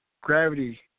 Gravity